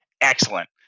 Excellent